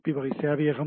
B வகை சேவையகம்